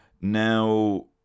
Now